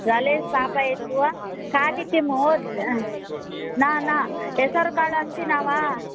जले स्तापयित्वा खादितम् न न हेसरुकाळु अस्ति न वा